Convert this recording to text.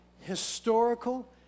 historical